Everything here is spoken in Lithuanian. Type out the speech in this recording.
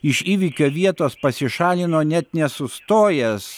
iš įvykio vietos pasišalino net nesustojęs